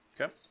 Okay